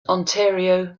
ontario